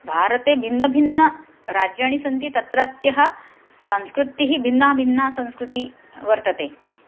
भारते भिन्नभिन्नराज्यानि सन्ति तत्रत्यः संस्कृतिः भिन्ना भिन्ना संस्कृतिः वर्तते